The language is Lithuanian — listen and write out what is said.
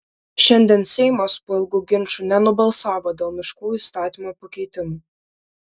šiandien seimas po ilgų ginčų nenubalsavo dėl miškų įstatymo pakeitimų